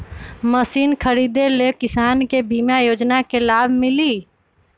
Machine खरीदे ले किसान के बीमा योजना के लाभ मिली?